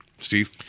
Steve